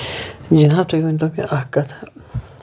جِناب تُہۍ ؤنۍ تو مےٚ اکھ کَتھ